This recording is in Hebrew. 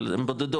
אבל הם בודדות,